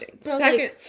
Second